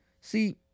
See